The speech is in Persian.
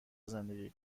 زندگی